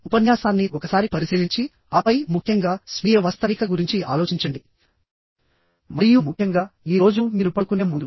ఉపన్యాసాన్ని ఒకసారి పరిశీలించి ఆపై ముఖ్యంగా స్వీయ వాస్తవికత గురించి ఆలోచించండి మరియు ముఖ్యంగా ఈ రోజు మీరు పడుకునే ముందు